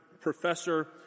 professor